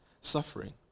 suffering